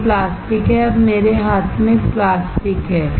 यह प्लास्टिक है यह मेरे हाथ में एक प्लास्टिक है